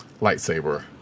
lightsaber